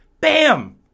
Bam